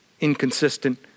inconsistent